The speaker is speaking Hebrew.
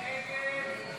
51 בעד, 59 נגד.